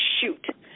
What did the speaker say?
shoot